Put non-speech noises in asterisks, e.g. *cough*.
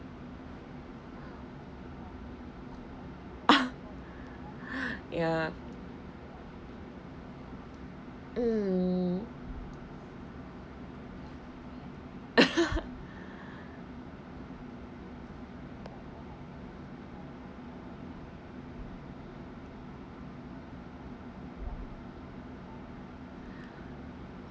*laughs* ya mm *laughs*